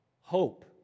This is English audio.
hope